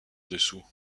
dessous